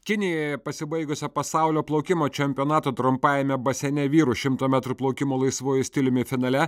kinijoje pasibaigusio pasaulio plaukimo čempionato trumpajame baseine vyrų šimto metrų plaukimo laisvuoju stiliumi finale